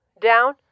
down